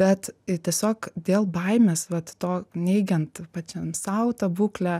bet tiesiog dėl baimės vat to neigiant pačiam sau tą būklę